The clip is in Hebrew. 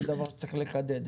זה דבר שצריך לחדד.